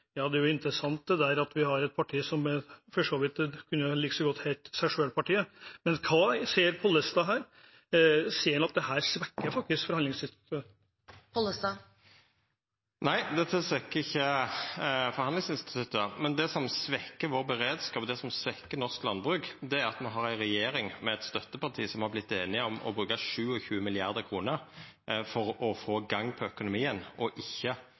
vi har et parti som for så vidt like godt kunne hett «seg sjøl-partiet». Men hva ser Pollestad her? Ser han at dette faktisk svekker forhandlingsinstituttet? Nei, dette svekkjer ikkje forhandlingsinstituttet, men det som svekkjer beredskapen vår, det som svekkjer norsk landbruk, er at me har ei regjering med eit støtteparti som har vorte einige om å bruka 27 mrd. kr for å få i gang økonomien, og ikkje